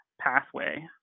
pathway